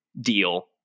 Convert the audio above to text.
deal